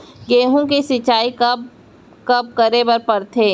गेहूँ के सिंचाई कब कब करे बर पड़थे?